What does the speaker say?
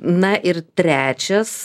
na ir trečias